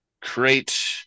create